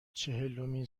چهلمین